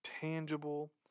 tangible